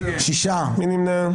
מי נמנע?